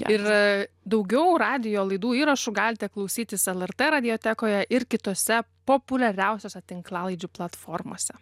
ir daugiau radijo laidų įrašų galite klausytis lrt radiotekoje ir kitose populiariausiose tinklalaidžių platformose